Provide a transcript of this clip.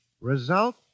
Result